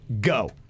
go